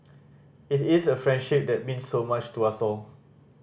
it is a friendship that means so much to us all